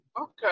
Okay